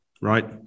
right